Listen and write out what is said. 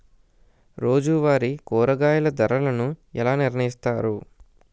రోజువారి కూరగాయల ధరలను ఎలా నిర్ణయిస్తారు?